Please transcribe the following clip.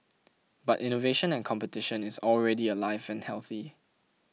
but innovation and competition is already alive and healthy